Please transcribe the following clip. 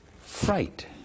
Fright